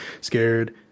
scared